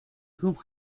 kung